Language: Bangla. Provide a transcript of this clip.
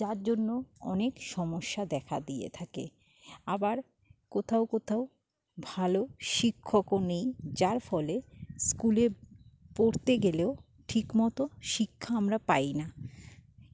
যার জন্য অনেক সমস্যা দেখা দিয়ে থাকে আবার কোথাও কোথাও ভালো শিক্ষকও নেই যার ফলে স্কুলে পড়তে গেলেও ঠিকমতো শিক্ষা আমরা পাই না